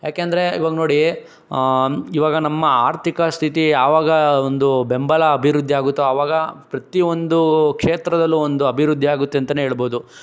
ಏಕೆಂದ್ರೆ ಈವಾಗ ನೋಡಿ ಈವಾಗ ನಮ್ಮ ಆರ್ಥಿಕ ಸ್ಥಿತಿ ಯಾವಾಗ ಒಂದು ಬೆಂಬಲ ಅಭಿವೃದ್ಧಿ ಆಗುತ್ತೋ ಆವಾಗ ಪ್ರತಿಯೊಂದು ಕ್ಷೇತ್ರದಲ್ಲೂ ಒಂದು ಅಭಿವೃದ್ಧಿಯಾಗುತ್ತೆ ಅಂತಲೇ ಹೇಳ್ಬೋದು